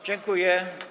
Dziękuję.